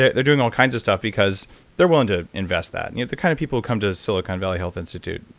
they're they're doing all kinds of stuff because they're willing to invest that. they're and the kind of people who come to silicon valley health institute.